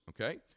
okay